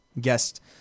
guest